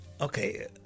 okay